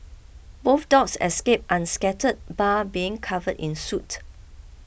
both dogs escaped unscathed bar being covered in soot